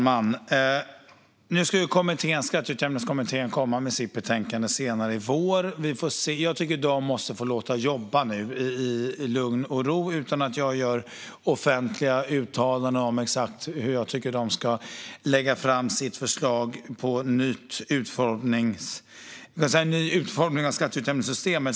Fru talman! Utjämningskommitténs betänkande ska komma senare i vår. De måste få jobba i lugn och ro utan att jag gör offentliga uttalanden om exakt hur jag tycker att de ska lägga fram sitt förslag på ny utformning av skatteutjämningssystemet.